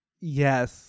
Yes